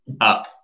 up